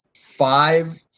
five